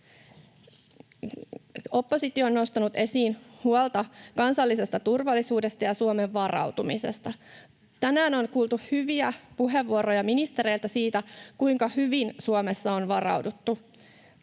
Oppositio on nostanut esiin huolta kansallisesta turvallisuudesta ja Suomen varautumisesta. Tänään on kuultu hyviä puheenvuoroja ministereiltä siitä, kuinka hyvin Suomessa on varauduttu